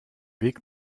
weg